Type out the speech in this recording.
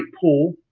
pool